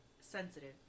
sensitive